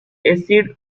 acids